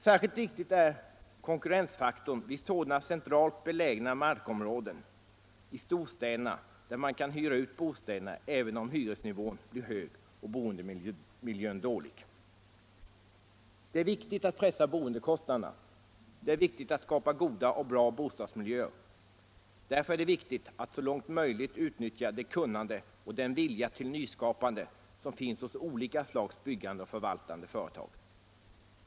Särskilt viktig är konkurrensfaktorn i fråga om sådana centralt belägna markområden i storstäderna där man kan hyra ut bostäderna även om hyresnivån blir hög och boendemiljön dålig. Det är viktigt att pressa boendekostnaderna. Det är viktigt att skapa goda och bra bostadsmiljöer. Därför är det viktigt att så långt möjligt utnyttja det kunnande och den vilja till nyskapande som finns hos olika slags byggande och förvaltande företag.